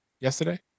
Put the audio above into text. yesterday